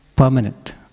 Permanent